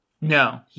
No